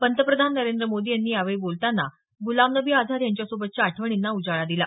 पंतप्रधान नरेंद्र मोदी यांनी यावेळी बोलताना गुलाम नबी आझाद यांच्यासोबतच्या आठवणींना उजाळा दिला